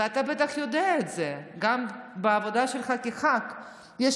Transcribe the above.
ואתה בטח יודע את זה גם מהעבודה שלך כחבר כנסת.